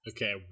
Okay